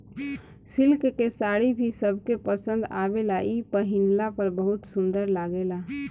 silk के साड़ी भी सबके पसंद आवेला इ पहिनला पर बहुत सुंदर लागेला